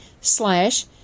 slash